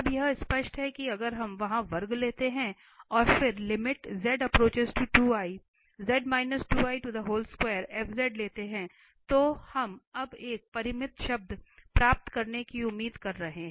अब यह स्पष्ट है कि अगर हम वहां वर्ग लेते हैं और फिर लेते हैं तो हम अब एक परिमित शब्द प्राप्त करने की उम्मीद कर रहे हैं